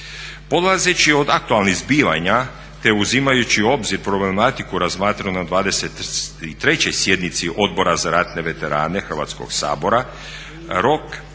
Polazeći od aktualnih zbivanja te uzimajući u obzir problematiku razmatranoj na 23. sjednici Odbora za ratne veterane Hrvatskog sabora rok